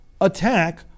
attack